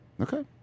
Okay